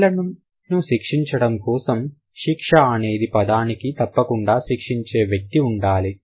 పిల్లలను శిక్షించడం కోసం శిక్ష అనే పదానికి తప్పకుండా శిక్షించే వ్యక్తి ఉండాలి